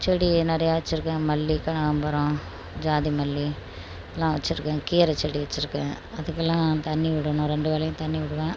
செடி நிறைய வெச்சுருக்கேன் மல்லி கனகாம்பரம் ஜாதிமல்லி எல்லாம் வெச்சுருக்கேன் கீரைச்செடி வெச்சுருக்கேன் அதுக்கெல்லாம் தண்ணீர் விடணும் இரண்டு வேளையும் தண்ணீர் விடுவேன்